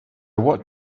what